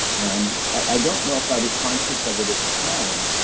and i don't know if i was conscious of it at the time,